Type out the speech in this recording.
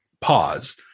pause